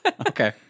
Okay